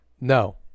no